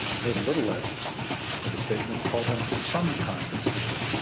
made a little less of a statement, called him some kind of saint.